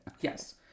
Yes